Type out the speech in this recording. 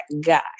guy